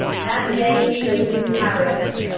that day he was in paris.